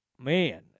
Man